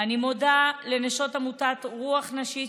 אני מודה לנשות עמותת רוח נשית,